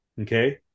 okay